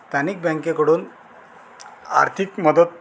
स्थानिक बँकेकडून आर्थिक मदत